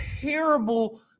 terrible